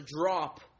drop